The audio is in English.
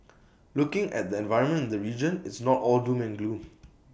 looking at the environment in the region it's not all doom and gloom